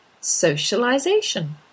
socialization